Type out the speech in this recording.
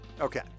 Okay